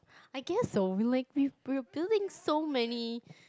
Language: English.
I guess so we like we were building so many